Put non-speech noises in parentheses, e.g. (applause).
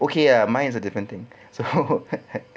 okay ah mine is a different thing so (laughs)